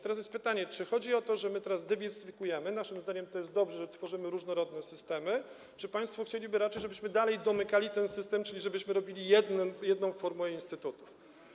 Teraz jest pytanie: Czy chodzi o to, że my teraz dywersyfikujemy - naszym zdaniem to jest dobrze, że tworzymy różnorodne systemy - czy państwo chcieliby raczej, żebyśmy dalej domykali ten system, czyli żebyśmy robili jedną formułę instytutu?